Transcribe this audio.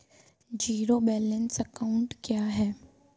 Zero balance account क्या है?